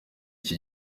iki